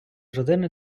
родини